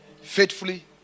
faithfully